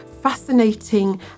fascinating